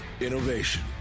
innovation